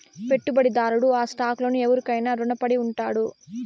పెట్టుబడిదారుడు ఆ స్టాక్ లను ఎవురికైనా రునపడి ఉండాడు